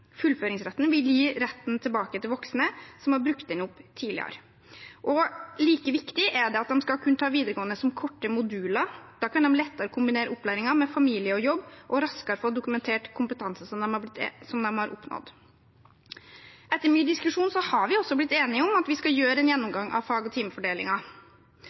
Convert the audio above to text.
Fullføringsretten vil gi retten tilbake til voksne som har brukt den opp tidligere. Like viktig er det at de skal kunne ta videregående som korte moduler. Da kan de lettere kombinere opplæringen med familie og jobb og raskere få dokumentert kompetanse som de har oppnådd. Etter mye diskusjon har vi også blitt enige om at vi skal gjøre en gjennomgang av fag- og